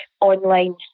online